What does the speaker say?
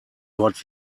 dort